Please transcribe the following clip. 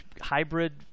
hybrid